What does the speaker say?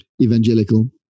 Evangelical